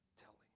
telling